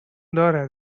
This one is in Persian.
دارد